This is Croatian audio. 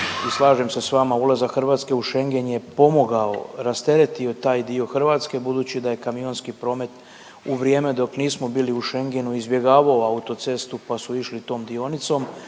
slažem se s vama ulazak Hrvatske u Schengen je pomogao, rasteretio taj dio Hrvatske budući da je kamionski promet u vrijeme dok nismo bili u Schengenu izbjegavao autocestu pa su išli tom dionicom,